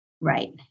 Right